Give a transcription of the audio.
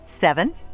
Seven